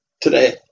today